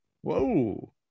Whoa